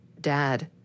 dad